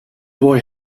boy